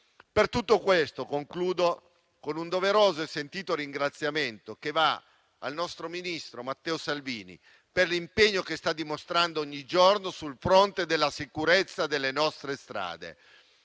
Per tutto questo rinvolgo un doveroso e sentito ringraziamento al nostro ministro Matteo Salvini per l'impegno che sta dimostrando ogni giorno sul fronte della sicurezza delle nostre strade.